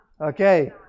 Okay